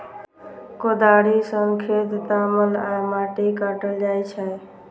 कोदाड़ि सं खेत तामल आ माटि काटल जाइ छै